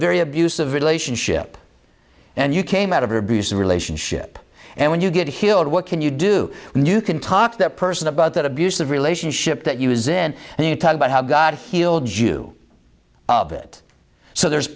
very abusive relationship and you came out of your abusive relationship and when you get healed what can you do when you can talk that person about that abusive relationship that you was in and you talk about how god healed you of it so there's